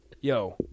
Yo